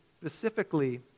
specifically